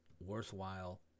worthwhile